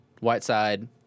Whiteside